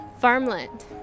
farmland